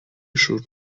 should